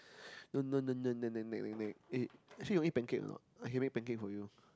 nag nag nag nag nag nag eh actually only pancake or not I can make pancake for you